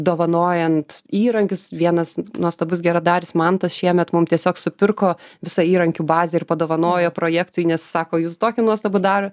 dovanojant įrankius vienas nuostabus geradaris mantas šiemet mums tiesiog supirko visą įrankių bazę ir padovanojo projektui nes sako jūs tokį nuostabų daro